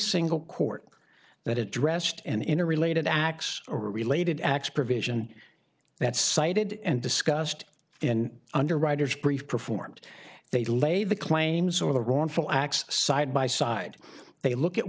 single court that addressed and in a related acts or related acts provision that's cited and discussed in underwriters brief performed they lay the claims or the wrongful acts side by side they look at